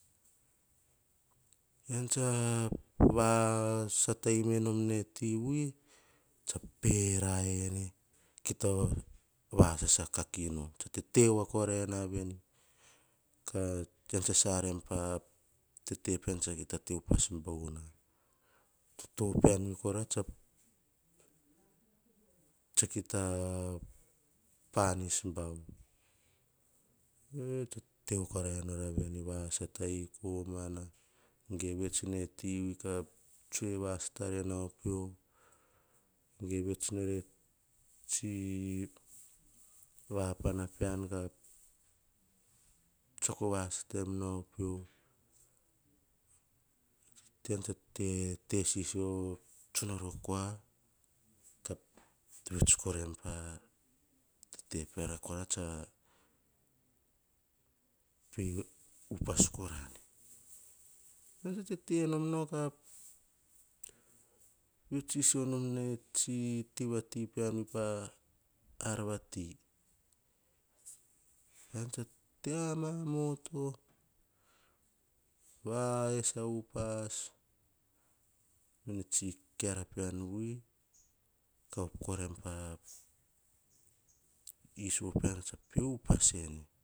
Ean tsa va satai menom nao e ti vui, tsa pe raene, kita vasasa kak ino. Tsa tete voa karaene veni, ka kean tsa sara em pa toto pean tsa kita te upas bouna. Toto pean koro tsa kita panis bau "voe" tsa te voa korai nor veni vo satai komana ge vets nao eti vui, ka tsoe vasata tara nao pio, ge vets nore tsi vapana pean ka tsiako kua ka vet koraim pa tete piara tsa pe upas korane pean tsa tete nom nao, ka vets sisio nom nao e tsi tiva pear va ar vati ean tsa te amamoto va esa upas mene tsi keara pean vui, ka op koraim pa iso pean tsa pe upas en.